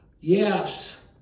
Yes